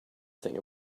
thing